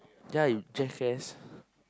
ya you jackass